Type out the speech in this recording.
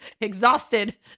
exhausted